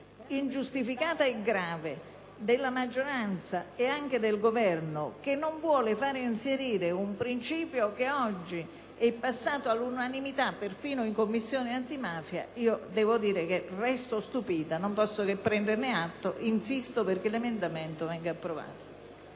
ingiustificata e grave della maggioranza e anche del Governo, che non vuole far inserire un principio che oggi è passato all'unanimità perfino in Commissione antimafia, resto stupita, non posso che prenderne atto e insisto perché l'emendamento venga approvato.